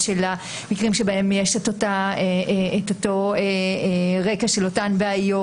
המקרים בהם יש אותו רקע של אותן בעיות,